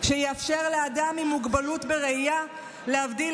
שיאפשר לאדם עם מוגבלות בראייה להבדיל